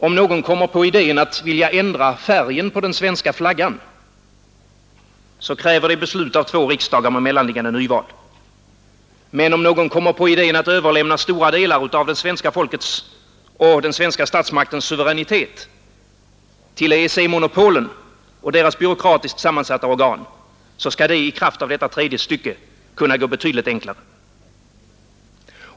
Om någon kommer på idén att ändra färgen på den svenska flaggan kräver det beslut av två riksdagar med mellanliggande nyval, men om någon kommer på idén att överlämna stora delar av det svenska folkets och den svenska statsmaktens suveränitet till EEC-monopolen och deras byråkratiskt sammansatta organ skall det i kraft av detta tredje stycke kunna gå betydligt enklare.